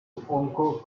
uncle